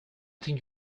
think